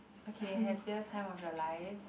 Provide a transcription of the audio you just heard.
okay happiest time of your life